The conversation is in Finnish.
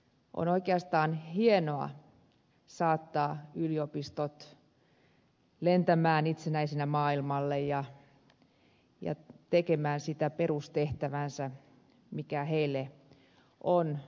on oikeastaan hienoa saattaa yliopistot lentämään itsenäisinä maailmalle ja tekemään sitä perustehtäväänsä mikä niille on annettu